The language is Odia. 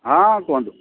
ହଁ କୁହନ୍ତୁ